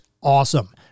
awesome